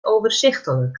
overzichtelijk